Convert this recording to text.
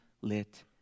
lit